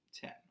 Ten